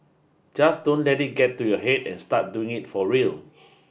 just don't let it get to your head and start doing it for real